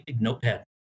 Notepad